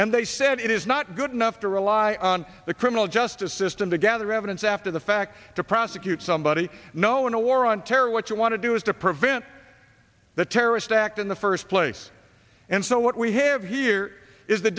and they said it is not good enough to rely on the criminal justice system to gather evidence after the fact to prosecute somebody know in a war on terror what you want to do is to prevent the terrorist act in the first place and so what we have here is the